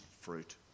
fruit